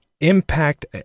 impact